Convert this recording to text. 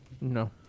No